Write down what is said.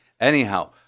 Anyhow